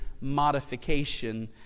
modification